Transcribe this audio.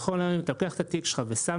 נכון להיום אתה לוקח את התיק שלך ושם